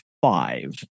five